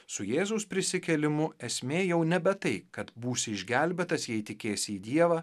su jėzaus prisikėlimu esmė jau nebe tai kad būsi išgelbėtas jei tikėsi į dievą